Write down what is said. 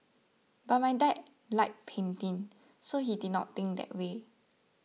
but my dad liked painting so he did not think that way